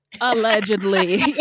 Allegedly